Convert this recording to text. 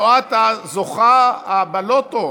את הזוכה בלוטו,